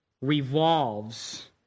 revolves